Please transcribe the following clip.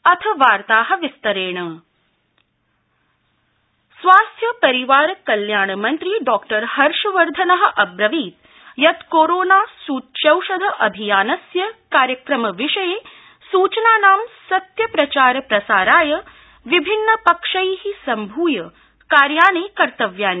सच्चौषधम स्वास्थ्य परिवार कल्याण मन्त्री डॉ हर्षवर्धन अब्रवीत् यत् कोरोना सूच्योषध अभियानस्य कार्यक्रम विषये सूचनानां सत्य प्रचार प्रसाराय विभिन्न पक्षै सम्भूय कार्याणि कर्त्तव्यानि